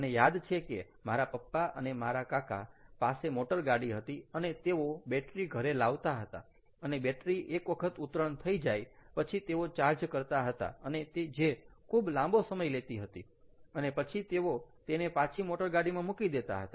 મને યાદ છે કે મારા પપ્પા અને મારા કાકા પાસે મોટરગાડી હતી અને તેઓ બેટરી ઘરે લાવતા હતા અને બેટરી એક વખત ઉતરણ થઇ જાય પછી તેઓ ચાર્જ કરતા હતા અને જે ખૂબ લાંબો સમય લેતી હતી અને પછી તેઓ તેને પાછી મોટરગાડીમાં મૂકી દેતા હતા